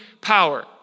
power